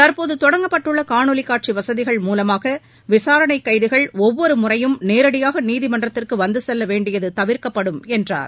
தற்போது தொடங்கப்பட்டுள்ள காணொலி காட்சி வசதிகள் மூலமாக விசாரணை கைதிகள் ஒவ்வொரு முறையும் நேரடியாக நீதிமன்றத்திற்கு வந்து செல்ல வேண்டியது தவிர்க்கப்படும் என்றார்